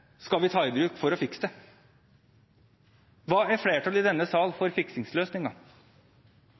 skal vi ta i bruk for å fikse det? Hvilke fiksingsløsninger er flertallet i denne sal for?